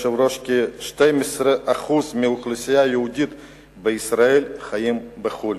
כ-12% מהאוכלוסייה היהודית בישראל, חיים בחו"ל.